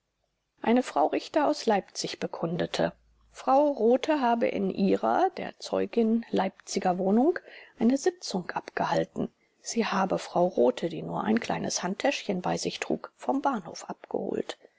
eine frau richter aus leipzig bekundete frau rothe habe in ihrer der zeugin leipziger wohnung eine sitzung abgehalten sie habe frau rothe die nur ein kleines handtäschchen bei sich trug vom bahnhof abgeholt